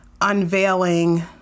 unveiling